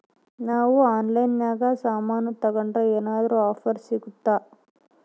ನಾವು ಆನ್ಲೈನಿನಾಗ ಸಾಮಾನು ತಗಂಡ್ರ ಏನಾದ್ರೂ ಆಫರ್ ಸಿಗುತ್ತಾ?